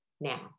Now